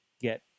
get